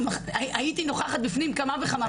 הייתי נוכחת בפנים כמה וכמה פעמים.